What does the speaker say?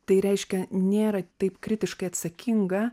tai reiškia nėra taip kritiškai atsakinga